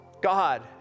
God